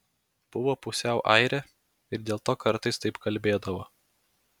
buvo pusiau airė ir dėl to kartais taip kalbėdavo